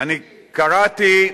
אני קראתי,